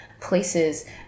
places